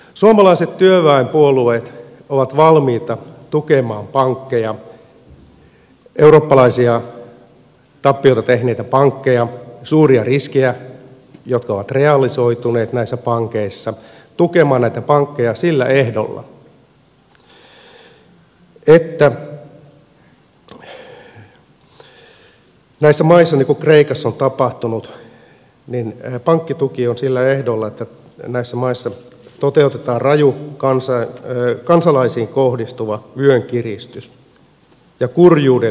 suomalaiset työväenpuolueet ovat valmiita tukemaan pankkeja eurooppalaisia tappioita tehneitä pankkeja suuria riskejä jotka ovat realisoituneet näissä pankeissa tukemaan näitä pankkeja sillä ehdolla että näissä maissa niin kuin kreikassa on tapahtunut pankkituki on sillä ehdolla että näissä maissa toteutetaan raju kansalaisiin kohdistuva vyönkiristys ja kurjuuden lisääminen